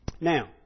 Now